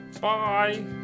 Bye